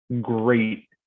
great